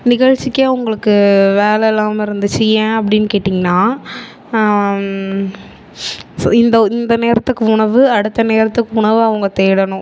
நிகழ்ச்சிக்கே அவர்களுக்கு வேலை இல்லாமல் இருந்துச்சு ஏன் அப்படின்னு கேட்டீங்கன்னால் சு இந்த இந்த நேரத்துக்கு உணவு அடுத்த நேரத்துக்கு உணவை அவங்க தேடணும்